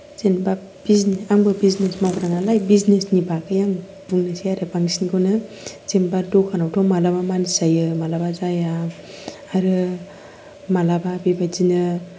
जेनबा बिजनेस आंबो बिजनेस मावग्रा नालाय बिजनेस नि बागै आं बुंनोसै आरो बांसिनखौनो जेनबा दखानावथ' मालाबा मानसि जायो मालाबा जाया आरो मालाबा बेबायदिनो